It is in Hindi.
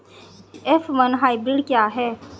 एफ वन हाइब्रिड क्या है?